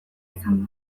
izan